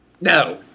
No